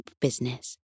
business